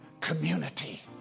community